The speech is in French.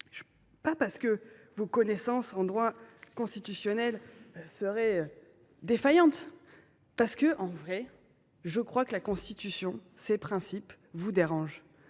pas parce que vos connaissances en droit constitutionnel seraient défaillantes, mais parce qu’au fond la Constitution et ses principes vous dérangent.